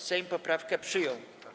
Sejm poprawkę przyjął.